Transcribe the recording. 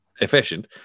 efficient